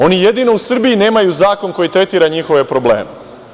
Oni jedino u Srbiji nemaju zakon koji tretira njihove probleme.